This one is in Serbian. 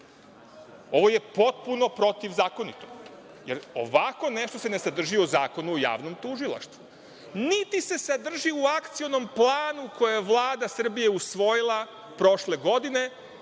Ovo je potpuno protivzakonito, jer ovako nešto se ne sadrži u Zakonu o javnom tužilaštvu, niti se sadrži u Akcionom planu koji je Vlada Srbije usvojila prošle godine